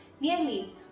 Nearly